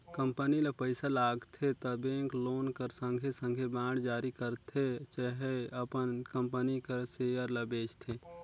company ल पइसा लागथे त बेंक लोन कर संघे संघे बांड जारी करथे चहे अपन कंपनी कर सेयर ल बेंचथे